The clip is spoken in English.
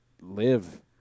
live